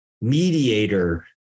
mediator